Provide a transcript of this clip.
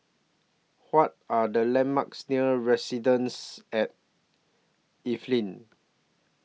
What Are The landmarks near Residences At Evelyn